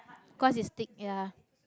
'cause it's thick ya